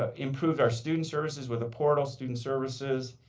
ah improved our student services with a portal, student services,